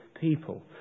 people